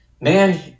Man